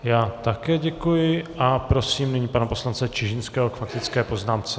Já také děkuji a prosím nyní pana poslance Čižinského k faktické poznámce.